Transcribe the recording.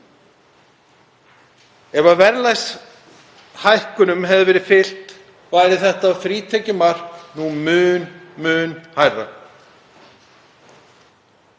Ef verðlagshækkunum hefði verið fylgt væri þetta frítekjumark nú mun hærra.